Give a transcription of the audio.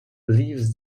leaves